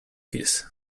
his